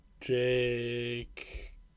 Jake –